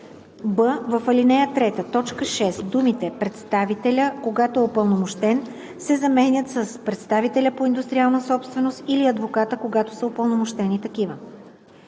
б) в ал. 3, т. 6 думите „представителя, когато е упълномощен“ се заменят с „представителя по индустриална собственост или адвоката, когато са упълномощени такива“.